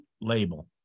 label